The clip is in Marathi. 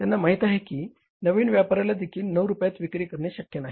त्यांना माहित आहे की नवीन व्यापाऱ्याला देखील 9 रुपयात विक्री करणे शक्य नाही